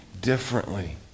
differently